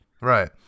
Right